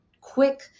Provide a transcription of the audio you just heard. quick